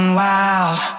wild